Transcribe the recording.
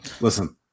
listen